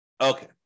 Okay